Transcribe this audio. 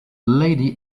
lady